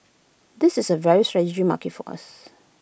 this is A very strategic market for us